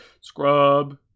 Scrub